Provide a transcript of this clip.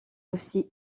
aussi